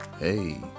Hey